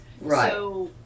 Right